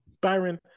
Byron